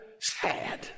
Sad